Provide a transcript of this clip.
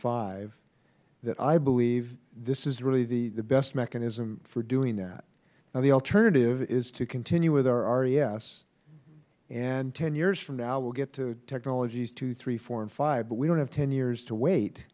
five that i believe this is really the best mechanism for doing that the alternative is to continue with our res and ten years from now we will get to technologies two three four and five but we don't have ten years to wait